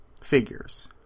figures